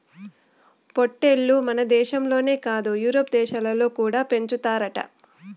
పొట్టేల్లు మనదేశంలోనే కాదు యూరోప్ దేశాలలో కూడా పెంచుతారట